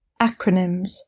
Acronyms